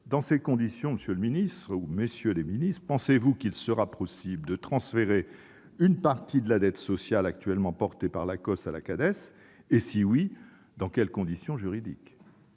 Dans ces conditions, messieurs les ministres, pensez-vous qu'il sera possible de transférer une partie de la dette sociale actuellement supportée par l'Acoss à la Cades et, si oui, dans quelles conditions juridiques ?